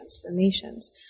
transformations